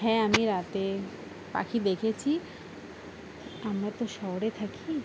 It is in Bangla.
হ্যাঁ আমি রাতে পাখি দেখেছি আমরা তো শহরে থাকি